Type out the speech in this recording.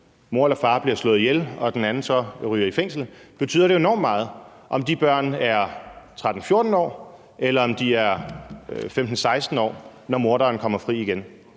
mor eller far, bliver slået ihjel og den anden så ryger i fængsel, betyder det jo enormt meget, om de børn er 13-14 år, eller om de er 15-16 år, når morderen kommer fri igen.